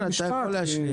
כן, אתה יכול להשלים.